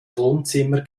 wohnzimmer